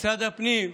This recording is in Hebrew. משרד הפנים,